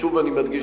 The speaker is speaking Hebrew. שוב אני מדגיש,